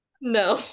no